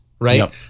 Right